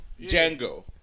Django